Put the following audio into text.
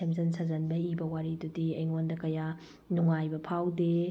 ꯁꯦꯝꯖꯤꯟ ꯁꯥꯖꯤꯟꯕ ꯏꯕ ꯋꯥꯔꯤꯗꯨꯗꯤ ꯑꯩꯉꯣꯟꯗ ꯀꯌꯥ ꯅꯨꯡꯉꯥꯏꯕ ꯐꯥꯎꯗꯦ